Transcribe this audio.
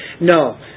No